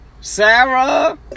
Sarah